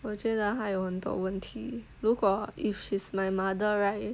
我觉得她有很多问题如果 if she's my mother right